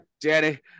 Danny